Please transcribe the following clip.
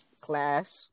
class